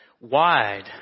wide